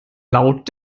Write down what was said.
laut